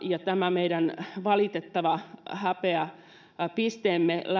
on tämä valitettava häpeäpisteemme